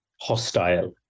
hostile